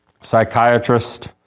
psychiatrist